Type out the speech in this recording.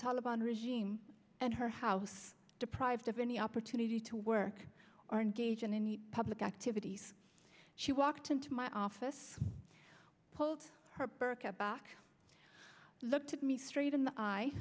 taliban regime and her house deprived of any opportunity to work aren't gauging any public activities she walked into my office pulled her burka back looked me straight in the